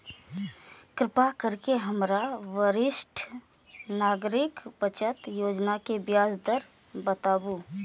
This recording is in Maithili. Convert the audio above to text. कृपा करके हमरा वरिष्ठ नागरिक बचत योजना के ब्याज दर बताबू